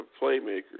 playmakers